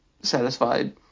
satisfied